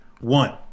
One